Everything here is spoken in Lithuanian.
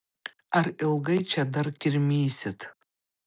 ar ilgai čia dar kirmysit